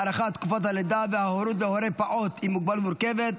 הארכת תקופת הלידה וההורות להורי פעוט עם מוגבלות מורכבת),